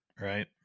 right